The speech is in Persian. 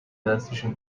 دستشون